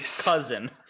Cousin